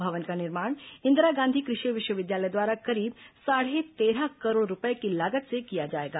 भवन का निर्माण इंदिरा गांधी कृषि विश्वविद्यालय द्वारा करीब साढे तेरह करोड़ रूपये की लागत से किया जाएगा